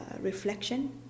reflection